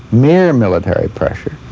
mere military pressure,